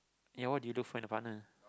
ya what do you find in a partner